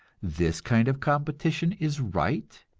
this kind of competition is right,